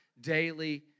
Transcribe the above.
daily